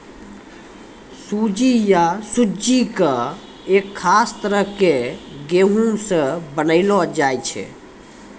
सूजी या सुज्जी कॅ एक खास तरह के गेहूँ स बनैलो जाय छै